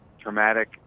traumatic